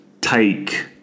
take